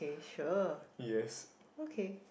yes